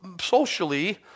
socially